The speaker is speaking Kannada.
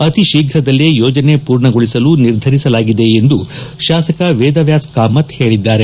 ಅತೀ ಶೀಘದಲ್ಲೇ ಯೋಜನೆ ಪೂರ್ಣಗೊಳಿಸಲು ನಿರ್ಧರಿಸಲಾಗಿದೆ ಎಂದು ಶಾಸಕ ವೇದವ್ಯಾಸ್ ಕಾಮತ್ ಹೇಳಿದ್ದಾರೆ